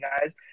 guys